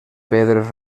pedres